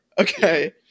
Okay